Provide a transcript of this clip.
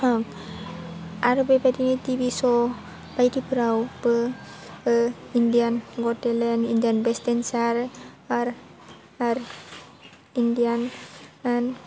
ओं आरो बेबायदिनो टिभि श' बायदिफोरावबो Indian got talent Indian best dancer आर आर इण्डियान यान